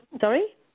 Sorry